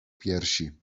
piersi